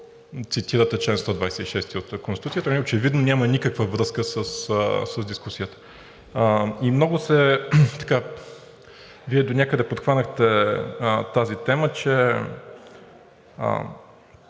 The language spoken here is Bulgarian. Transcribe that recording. цитирате чл. 126 от Конституцията, очевидно няма никаква връзка с дискусията. Вие донякъде подхванахте тази тема, че